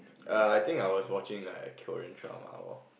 err I think I was watching like a Korean drama or what